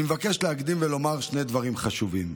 אני מבקש להקדים ולומר שני דברים חשובים.